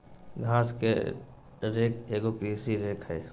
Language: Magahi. घास के रेक एगो कृषि रेक हइ